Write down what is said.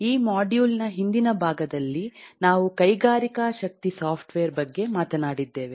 ಈ ಮಾಡ್ಯೂಲ್ ನ ಹಿಂದಿನ ಭಾಗದಲ್ಲಿ ನಾವು ಕೈಗಾರಿಕಾ ಶಕ್ತಿ ಸಾಫ್ಟ್ವೇರ್ ಬಗ್ಗೆ ಮಾತನಾಡಿದ್ದೇವೆ